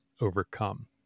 overcome